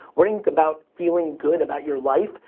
worry about feeling good about your life,